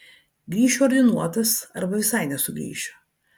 grįšiu ordinuotas arba visai nesugrįšiu